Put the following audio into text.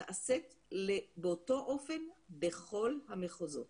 נעשית באותו אופן בכול המחוזות.